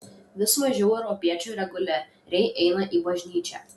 vis mažiau europiečių reguliariai eina į bažnyčią